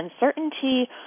Uncertainty